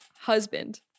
husband